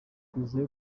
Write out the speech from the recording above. twizeye